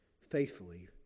faithfully